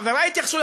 חברי התייחסו,